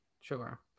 Sure